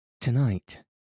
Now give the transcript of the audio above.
Tonight